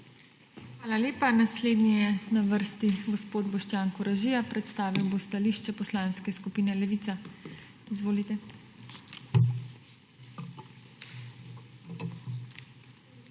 Hvala lepa. Naslednji je na vrsti gospod Andrej Černigoj. Predstavil bo stališče Poslanske skupine NSi. Izvolite.